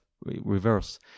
reverse